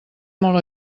molt